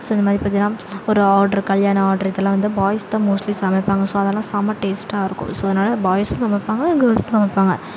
so இதமாதிரி பார்த்தினா ஒரு ஆர்ட்ரு கல்யாண ஆர்ட்ரு இதலான் வந்து பாய்ஸ் தான் மோஸ்ட்லி சமைப்பாங்க ஸோ அதெலாம் செம டேஸ்ட்டாக இருக்கும் ஸோ அதனால் பாய்ஸ்சும் சமைப்பாங்க கேர்ல்ஸ்சும் சமைப்பாங்க